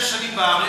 שש שנים בארץ,